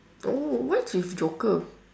no what's with joker